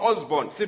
Osborne